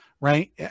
right